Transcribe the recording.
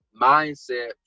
mindset